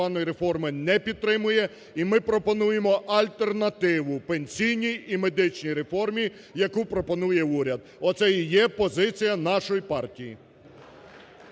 не підтримує. І ми пропонуємо альтернативу пенсійній і медичній реформі, яку пропонує уряд. оце і є позиція нашої партії.